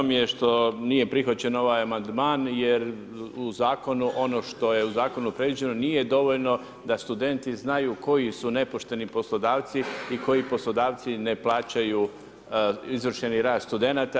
Žao mi je što nije prihvaćen ovaj amandman jer u zakonu, ono što je u zakonu predviđeno nije dovoljno da studenti znaju koji su nepošteni poslodavci i koji poslodavci ne plaćaju izvršeni rad studenata.